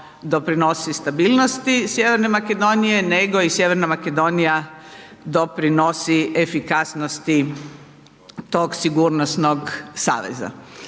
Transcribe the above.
doprinosi stabilnosti Sj. Makedonije, nego i Sj. Makedonija doprinosi efikasnosti tog sigurnosnog saveza.